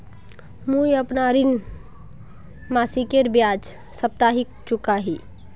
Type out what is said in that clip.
मुईअपना ऋण मासिकेर बजाय साप्ताहिक चुका ही